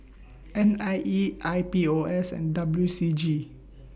N I E I P O S and W C G